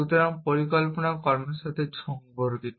সুতরাং পরিকল্পনা কর্মের সাথে সম্পর্কিত